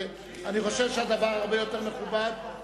רק רגע, חבר הכנסת בר-און, אני מדבר אל חבר הכנסת